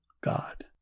God